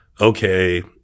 Okay